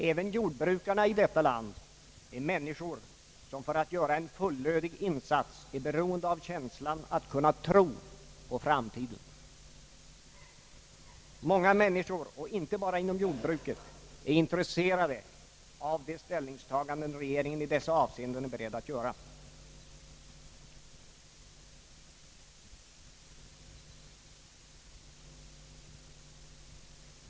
Även jordbrukarna i detta land är människor som för att göra en fullödig insats är beroende av känslan att kunna tro på framtiden. Många människor och inte bara inom jord bruket är intresserade av de ställningstaganden regeringen i dessa avseenden är beredd att göra.